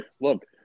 look